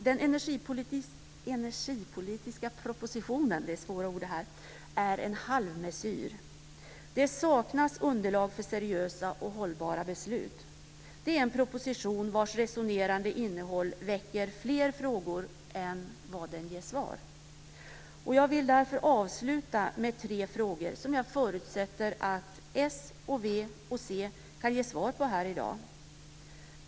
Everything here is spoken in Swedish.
Den energipolitiska propositionen är en halvmesyr. Det saknas underlag för seriösa och hållbara beslut. Det är en proposition vars resonerande innehåll väcker fler frågor än vad den ger svar. Jag vill därför avsluta med tre frågor som jag förutsätter att s, v och c kan ge svar på i dag.